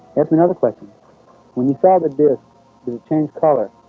and another question when you saw the disc, did it change colour?